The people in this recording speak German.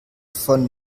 von